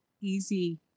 easy